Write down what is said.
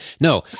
No